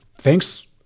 Thanks